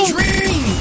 Dream